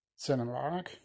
cinematic